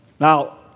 Now